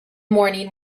morning